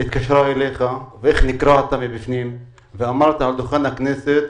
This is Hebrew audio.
התקשרה אליך ואיך נקרעת מבפנים ואמרת על דוכן הכנסת: